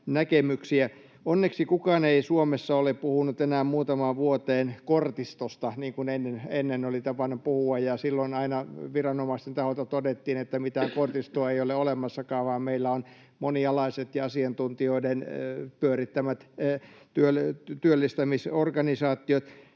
Onneksi kukaan ei Suomessa ole puhunut enää muutamaan vuoteen kortistosta, niin kuin ennen oli tapana puhua. Silloin aina viranomaisten taholta todettiin, että mitään kortistoa ei ole olemassakaan, vaan meillä on monialaiset ja asiantuntijoiden pyörittämät työllistämisorganisaatiot.